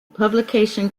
publication